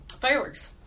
fireworks